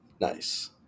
nice